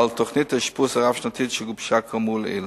על תוכנית האשפוז הרב-שנתית שגובשה, כאמור לעיל.